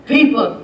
People